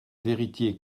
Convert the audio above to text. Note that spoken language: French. vérité